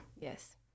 Yes